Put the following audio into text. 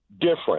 different